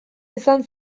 izan